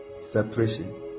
Separation